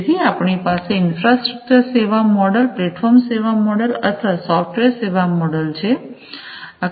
તેથી આપણી પાસે ઇન્ફ્રાસ્ટ્રકચર સેવા મોડલ પ્લેટફોર્મ સેવા મોડલ અથવા સોફ્ટવેર સેવા મોડલછે